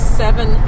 seven